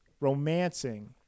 Romancing